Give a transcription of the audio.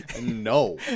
No